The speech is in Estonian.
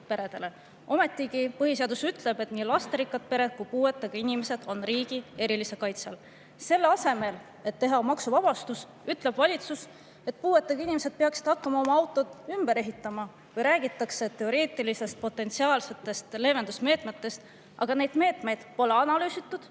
peredele. Ometigi põhiseadus ütleb, et nii lasterikkad pered kui ka puuetega inimesed on riigi erilise kaitse all. Selle asemel, et teha neile maksuvabastus, ütleb valitsus, et puuetega inimesed peaksid hakkama oma autot ümber ehitama. Või siis räägitakse teoreetilistest potentsiaalsetest leevendusmeetmetest, aga neid meetmeid pole analüüsitud